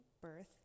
birth